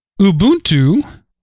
Ubuntu